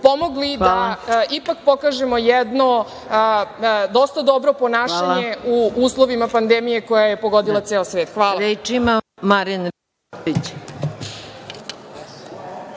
pomogli da ipak pokažemo jedno dosta dobro ponašanje u uslovima pandemije koja je pogodila ceo svet. Hvala.